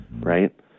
right